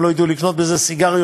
הם לא יוכלו לקנות בזה סיגריות.